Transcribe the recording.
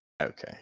Okay